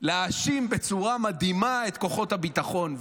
להאשים בצורה מדהימה את כוחות הביטחון.